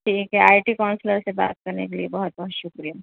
ٹھیک ہے I T counsellor سے بات کرنے کے لیے بہت بہت شکریہ